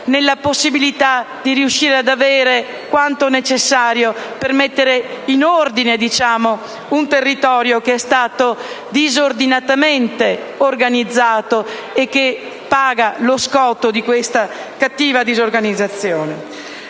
locali possano effettivamente avere le risorse necessarie per mettere in ordine un territorio che è stato disordinatamente organizzato e che paga lo scotto di questa cattiva organizzazione.